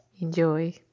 Enjoy